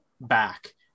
back